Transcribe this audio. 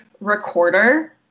recorder